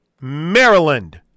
Maryland